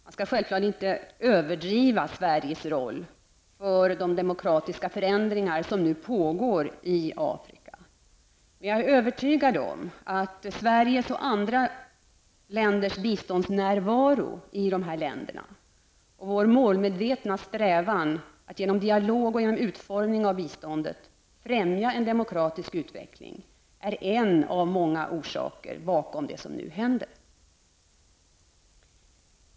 Jag vill inte överdriva Sveriges roll för de demokratiska förändringar som pågår i Afrika, men jag är övertygad om att Sveriges och andra länders biståndsnärvaro i dessa länder och vår målmedvetna strävan att genom dialog och genom utformningen av biståndet främja en demokratisk utveckling är en av många orsaker till det som nu sker.